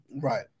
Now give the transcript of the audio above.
Right